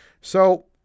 So-